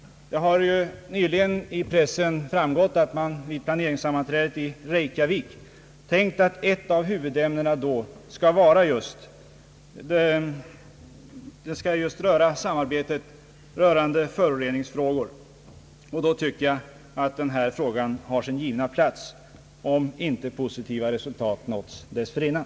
Det har nyligen i pressen framgått att man vid planeringssammanträdet i Reykjavik tänkt sig att ett av huvudämnena i februari skall vara just samarbetet i föroreningsfrågor. Då tycker jag att denna angelägenhet har sin givna plats, om inte positiva resultat nås dessförinnan.